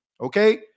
okay